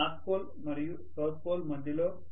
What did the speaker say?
మీ north pole మరియు south pole మధ్యలో